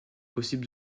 possible